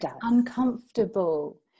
uncomfortable